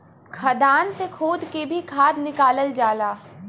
खदान से खोद के भी खाद निकालल जाला